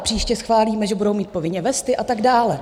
Příště schválíme, že budou mít povinně vesty a tak dále.